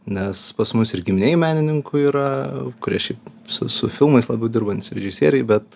nes pas mus ir giminėj menininkų yra kurie šiaip su su filmais labai dirbantys režisieriai bet